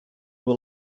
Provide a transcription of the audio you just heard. were